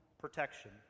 protection